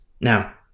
Now